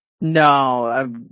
No